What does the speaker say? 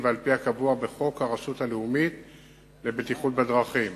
ועל-פי הקבוע בחוק הרשות הלאומית לבטיחות בדרכים.